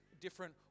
different